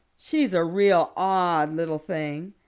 she's a real odd little thing.